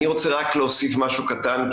אני רוצה רק להוסיף משהו קטן,